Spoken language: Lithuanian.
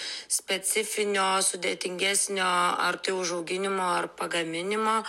specifinio sudėtingesnio ar tai užauginimo ar pagaminimo